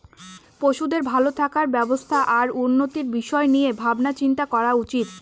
পশুদের ভালো থাকার ব্যবস্থা আর উন্নতির বিষয় নিয়ে ভাবনা চিন্তা করা উচিত